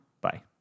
Bye